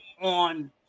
on